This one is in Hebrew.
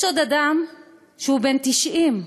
יש עוד אדם, בן 90,